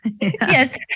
yes